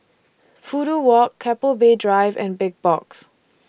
Fudu Walk Keppel Bay Drive and Big Box